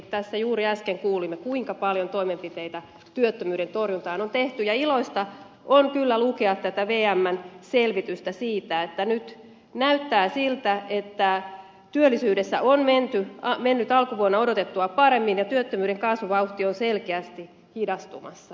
tässä juuri äsken kuulimme kuinka paljon toimenpiteitä työttömyyden torjuntaan on tehty ja iloista on kyllä lukea tätä vmn selvitystä siitä että nyt näyttää siltä että työllisyydessä on mennyt alkuvuonna odotettua paremmin ja työttömyyden kasvuvauhti on selkeästi hidastumassa